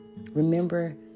Remember